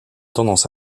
tendance